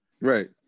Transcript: Right